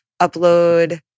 upload